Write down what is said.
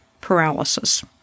paralysis